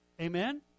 Amen